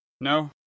No